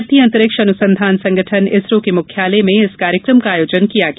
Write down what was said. भारतीय अंतरिक्ष अनुसंधान संगठन इसरो के मुख्यालय में इस कार्यक्रम का आयोजन किया गया